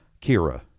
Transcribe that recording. Kira